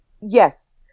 Yes